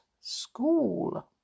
school